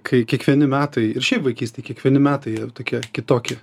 kai kiekvieni metai ir šiaip vaikystėj kiekvieni metai jie tokie kitoki